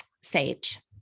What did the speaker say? sage